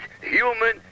human